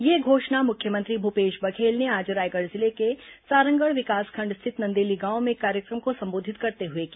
यह घोषणा मुख्यमंत्री भूपेश बघेल ने आज रायगढ़ जिले के सारंगढ़ विकासखंड स्थित नंदेली गांव में एक कार्यक्रम को संबोधित करते हुए की